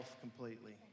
completely